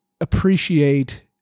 appreciate